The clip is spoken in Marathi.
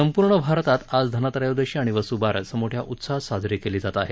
संपूर्ण भारतात आज धनत्रयोदशी आणि वसू बारस मोठ्या उत्साहात साजरी केली जात आहे